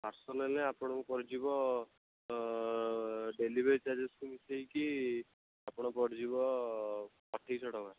parcel ହେଲେ ଆପଣଙ୍କୁ ପଡ଼ିଯିବ ଡେଲିଭରି ଚାର୍ଜେସ୍କୁ ମିଶାଇକି ଆପଣଙ୍କ ପଡ଼ିଯିବ ଅଠେଇଶଶହ ଟଙ୍କା